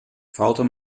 fouten